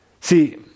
See